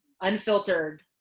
Unfiltered